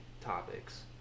topics